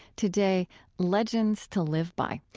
today legends to live by.